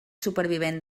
supervivent